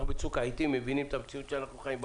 בצוק העתים אנחנו מבינים את המציאות שאנחנו חיים בה.